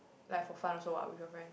like for fun also what with your friends